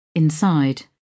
Inside